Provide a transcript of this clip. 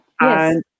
yes